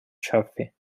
chaffee